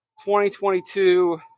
2022